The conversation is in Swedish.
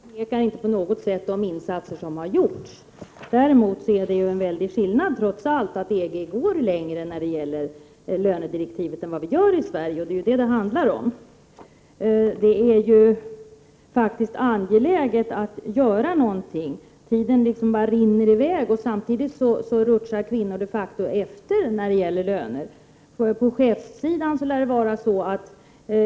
Herr talman! Jag förnekar inte på något sätt de insatser som har gjorts. Däremot är det en väldig skillnad att EG går längre när det gäller lönedirektiven än vad vi gör i Sverige. Det är det som det handlar om. Det är angeläget att göra någonting. Tiden bara rinner i väg, och samtidigt rutschar kvinnor de facto efter när det gäller löner.